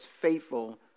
faithful